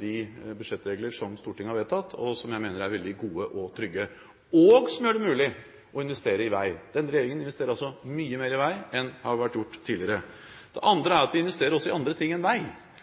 de budsjettregler som Stortinget har vedtatt – som jeg mener er veldig gode og trygge – og som gjør det mulig å investere i vei. Denne regjeringen investerer altså mye mer i vei enn det har vært gjort tidligere. Det andre er at vi investerer også i andre ting enn vei.